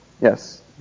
Yes